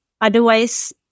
otherwise